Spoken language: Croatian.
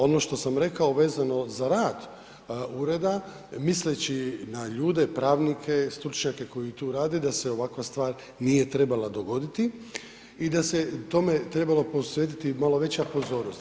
Ono što sam rekao vezano za rad ureda, misleći na ljude pravnike, stručnjake koji tu rade da se ovakva stvar nije trebala dogoditi i da se tome trebalo posvetiti malo veća pozornost.